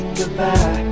goodbye